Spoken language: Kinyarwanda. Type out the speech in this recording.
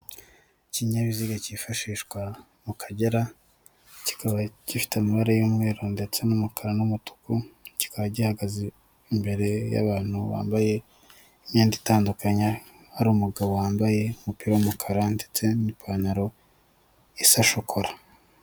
Ikinyabiziga cyifashishwa mu Kagera kikaba gifite amabara y'umweru ndetse n'umukara n'umutuku, kikaba gihagaze imbere y'abantu bambaye imyenda itandukanye, hari umugabo wambaye umupira w'umukara ndetse n'ipantaro isa shokora.